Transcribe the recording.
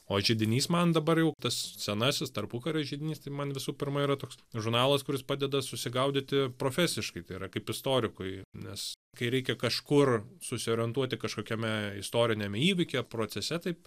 o židinys man dabar jau tas senasis tarpukario židinys tai man visų pirma yra toks žurnalas kuris padeda susigaudyti profesiškai tai yra kaip istorikui nes kai reikia kažkur susiorientuoti kažkokiame istoriniam įvykyje procese taip